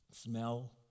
smell